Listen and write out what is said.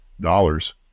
dollars